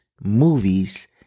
movies